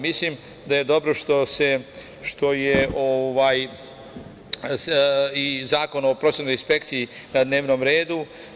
Mislim, da je dobro što je i Zakon o prosvetnoj inspekciji, na dnevnom redu.